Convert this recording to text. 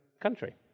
country